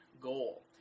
goal